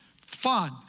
fun